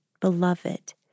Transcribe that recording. beloved